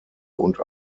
und